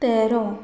तेरो